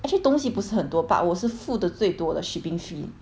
actually 东西不是很多 but 我是付的最多的 shipping fee